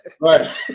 Right